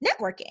networking